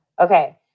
Okay